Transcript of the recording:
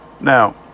Now